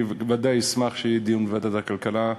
אני ודאי אשמח שיהיה דיון בוועדת הכלכלה,